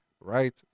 Right